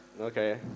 Okay